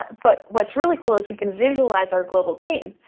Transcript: but what's really cool is we can visualize our global team.